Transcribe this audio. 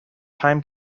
time